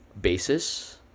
basis